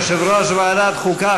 יושב-ראש ועדת החוקה,